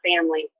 family